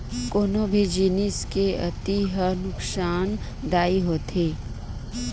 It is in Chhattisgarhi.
कोनो भी जिनिस के अति ह नुकासानदायी होथे